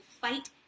fight